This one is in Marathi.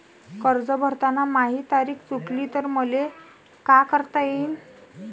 कर्ज भरताना माही तारीख चुकली तर मले का करता येईन?